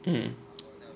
mm